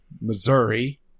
Missouri